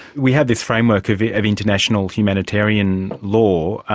we have this framework of yeah of international humanitarian law.